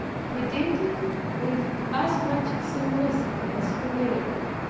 he did it with as much simplicity as humility,